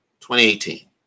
2018